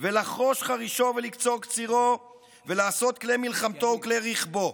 ולחרש חרישו ולקצר קצירו ולעשות כלי מלחמתו וכלי רכבו.